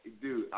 dude